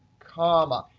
comma,